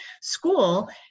school